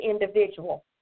individual